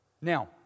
Now